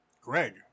Greg